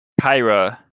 Kyra